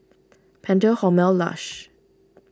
Pentel Hormel Lush